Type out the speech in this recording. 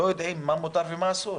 לא יודעים מה מותר ומה אסור.